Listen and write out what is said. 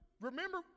remember